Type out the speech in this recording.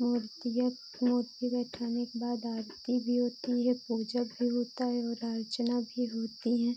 मूर्तियाँ मूर्ति बैठाने के बाद आरती भी होती है पूजा भी होती है और अर्चना भी होती है